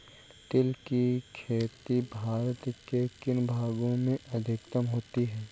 तिल की खेती भारत के किन भागों में अधिकतम होती है?